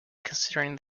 considering